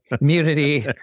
immunity